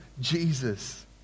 Jesus